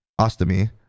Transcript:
Ostomy